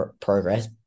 progress